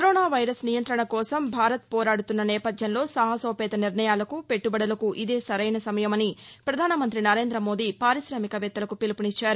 corona virus నియంఁతణ కోసం భారత్ పోరాడుతున్న నేపథ్యంలో సాహసోపేత నిర్ణయాలకు పెట్టుబడులకు ఇదే సరైన సమయమని ప్రధాన మంతి నరేంద మోదీ పారిశామిక వేత్తలకు పిలుపునిచ్చారు